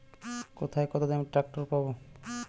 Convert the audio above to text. কোথায় কমদামে ট্রাকটার পাব?